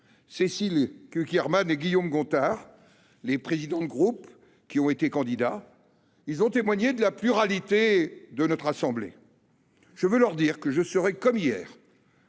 Cécile Cukierman et Guillaume Gontard, les présidents de groupe qui ont été candidats. Ils ont témoigné de la pluralité de notre assemblée. Je veux leur dire que je serai, comme hier,